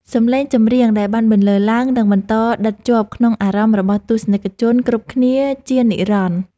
សម្លេងចម្រៀងដែលបានបន្លឺឡើងនឹងបន្តដិតជាប់ក្នុងអារម្មណ៍របស់ទស្សនិកជនគ្រប់គ្នាជានិរន្តរ៍។